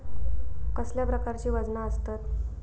कसल्या प्रकारची वजना आसतत?